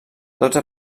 dotze